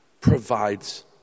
provides